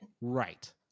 Right